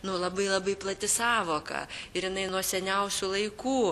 nu labai labai plati sąvoka ir jinai nuo seniausių laikų